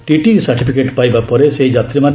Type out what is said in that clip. TTE certificate ପାଇବା ପରେ ସେହି ଯାତ୍ରୀମା